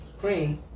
Cream